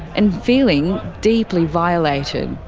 and feeling deeply violated.